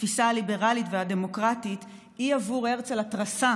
התפיסה הליברלית והדמוקרטית הן עבור הרצל התרסה